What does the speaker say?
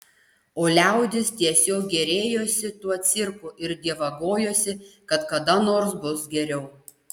o liaudis tiesiog gėrėjosi tuo cirku ir dievagojosi kad kada nors bus geriau